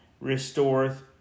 restoreth